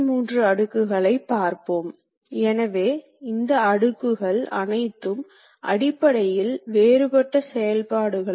எனவே workpiece ஆனது அதிவேகத்தில் சுழன்று ஒரு அச்சில் நகர்ந்து வேலை செய்யக்கூடியது